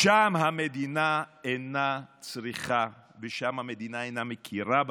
שם המדינה אינה צריכה ושם המדינה אינה מכירה בהם.